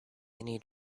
need